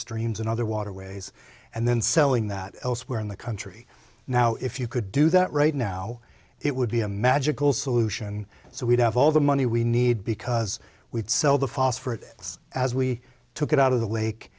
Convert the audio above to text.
streams and other waterways and then selling that elsewhere in the country now if you could do that right now it would be a magic solution so we'd have all the money we need because we'd sell the phosphorus as we took it out of the lake